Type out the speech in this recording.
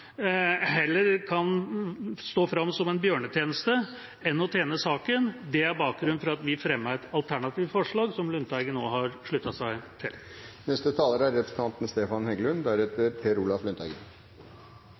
kan framstå som en bjørnetjeneste enn å tjene saken. Det er bakgrunnen for at vi fremmer alternativt forslag, som Lundteigen også har sluttet seg til. Jeg må si at man kanskje burde minne om at dette er